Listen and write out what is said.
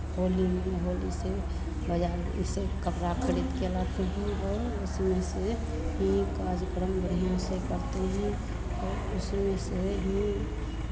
होली में होली से बाज़ार से कपड़ा खरीद के लाते हैं और उसमें से ही कार्यक्रम बढ़ियाँ से करते हैं और उसमें से ही